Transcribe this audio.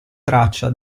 traccia